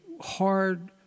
hard